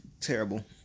Terrible